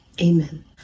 amen